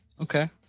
Okay